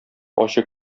ачы